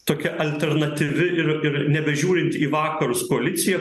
tokia alternatyvi ir ir nebežiūrint į vakarus koalicija